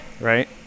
Right